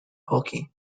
hockey